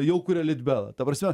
jau kuria litbelą ta prasme